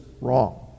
wrong